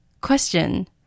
Question